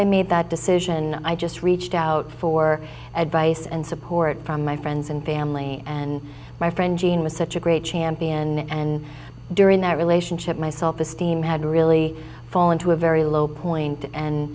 i made that decision i just reached out for advice and support from my friends and family and my friend gene was such a great champion and during that relationship my self esteem had to really fall into a very low point and